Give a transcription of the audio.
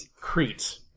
Crete